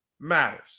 matters